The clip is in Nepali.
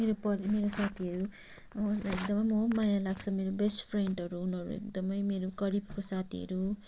मेरो परि मेरो साथीहरू एकदमै म माया लाग्छ मेरो बेस्ट फ्रेन्डहरू उनीहरू एकदमै मेरो करिबको साथीहरू